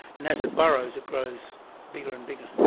and as it burrows it grows bigger and bigger,